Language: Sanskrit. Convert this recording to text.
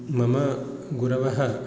मम गुरवः